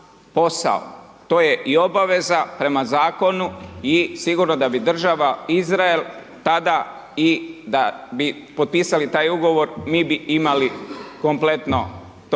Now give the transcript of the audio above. to je i obaveza prema zakonu i sigurno da bi država Izrael tada i da bi potpisivali taj ugovor, mi bi im ali kompletno to